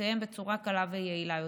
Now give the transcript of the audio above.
זכויותיהם בצורה קלה ויעילה יותר.